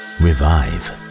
revive